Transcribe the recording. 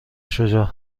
شجاع